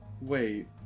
Wait